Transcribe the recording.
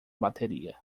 bateria